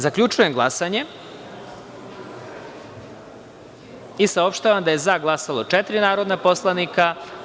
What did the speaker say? Zaključujem glasanje i saopštavam: za – četiri, nije glasalo 156 narodnih poslanika.